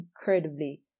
incredibly